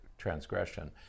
Transgression